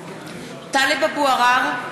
(קוראת בשמות חברי הכנסת) טלב אבו עראר,